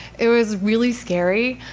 it was really scary.